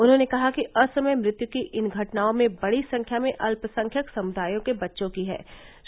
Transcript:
उन्होंने कहा कि असमय मृत्यु की इन घटनाओं में बड़ी संख्या अत्यसंख्यक समुदायों के बच्चों की थी